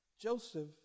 Joseph